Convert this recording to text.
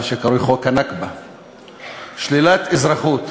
מה שקרוי "חוק הנכבה"; שלילת אזרחות,